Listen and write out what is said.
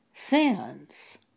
sins